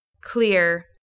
Clear